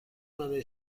برای